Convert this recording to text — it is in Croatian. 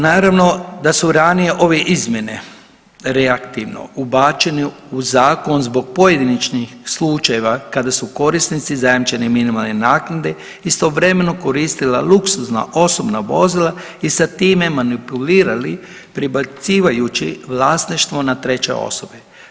Naravno da su ranije ove izmjene reaktivno ubačene u zakon zbog pojedinačnih slučajeva kada su korisnici zajamčene minimalne naknade istovremeno koristila luksuzna osobna vozila i sa time manipulirali prebacujući vlasništvo na treće osobe.